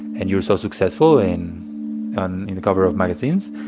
and you're so successful, in on the cover of magazines.